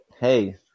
hey